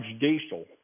Diesel